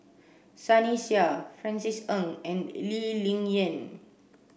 Sunny Sia Francis Ng and Lee Ling Yen